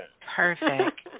Perfect